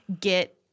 get